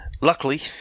Luckily